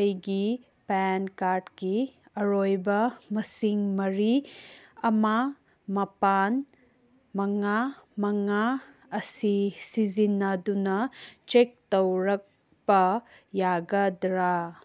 ꯑꯩꯒꯤ ꯄꯦꯟ ꯀꯥꯔꯠꯀꯤ ꯑꯔꯣꯏꯕ ꯃꯁꯤꯡ ꯃꯔꯤ ꯑꯃ ꯃꯥꯄꯟ ꯃꯉꯥ ꯃꯉꯥ ꯑꯁꯤ ꯁꯤꯖꯤꯟꯅꯗꯨꯅ ꯆꯦꯛ ꯇꯧꯔꯛꯄ ꯌꯥꯒꯗ꯭ꯔꯥ